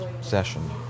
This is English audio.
session